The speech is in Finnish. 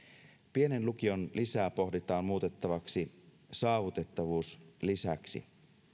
pienen lukion lisää pohditaan muutettavaksi saavutettavuuslisäksi